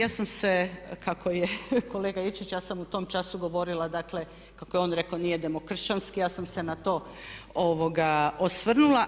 Ja sam se kako je kolega Ilčić, ja sam u tom času govorila dakle kako je on rekao nije demokršćanski, ja sam se na to osvrnula.